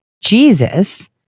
jesus